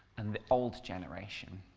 and the old generation.